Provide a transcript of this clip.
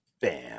Bam